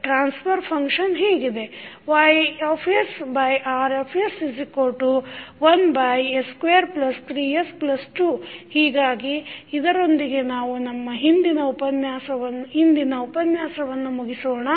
transfer function ಹೀಗಿದೆ YR1s23s2 ಹೀಗಾಗಿ ಇದರೊಂದಿಗೆ ನಾವು ನಮ್ಮ ಹಿಂದಿನ ಉಪನ್ಯಾಸವನ್ನು ಮುಗಿಸೋಣ